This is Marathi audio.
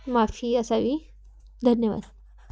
माफी असावी धन्यवाद